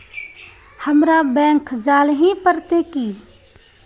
हमरा बैंक जाल ही पड़ते की?